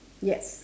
yes